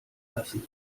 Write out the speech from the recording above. lassen